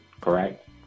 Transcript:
correct